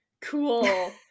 cool